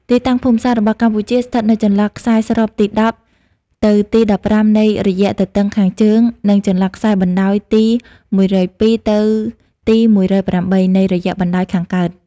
ទីតាំងភូមិសាស្ត្ររបស់កម្ពុជាស្ថិតនៅចន្លោះខ្សែស្របទី១០ ទៅទី១៥ នៃរយៈទទឹងខាងជើង និងចន្លោះខ្សែបណ្តោយទី១០២ ទៅទី១០៨ នៃរយៈបណ្តោយខាងកើត។